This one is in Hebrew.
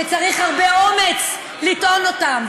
שצריך הרבה אומץ לטעון אותם.